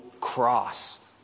cross